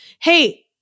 Hey